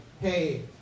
hey